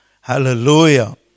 Hallelujah